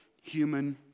human